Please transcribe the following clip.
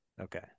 okay